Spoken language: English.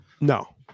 No